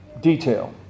detail